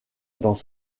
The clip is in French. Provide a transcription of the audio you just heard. dans